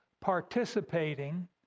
participating